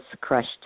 crushed